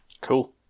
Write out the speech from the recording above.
Cool